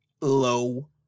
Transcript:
low